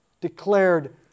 declared